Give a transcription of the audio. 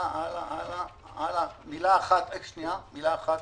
מילה אחת כאן.